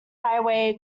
highway